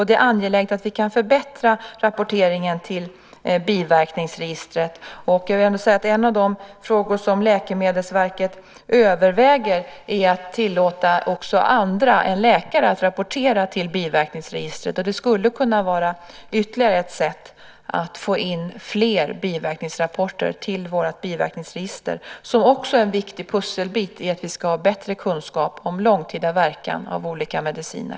Det är angeläget att vi kan förbättra rapporteringen till biverkningsregistret, och jag vill säga att en av de frågor som Läkemedelsverket överväger är att tillåta också andra än läkare att rapportera till biverkningsregistret. Det skulle kunna vara ytterligare ett sätt att få in fler biverkningsrapporter till vårt biverkningsregister, som också är en viktig pusselbit när det gäller att vi ska ha bättre kunskap om långtidsverkan av olika mediciner.